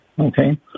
Okay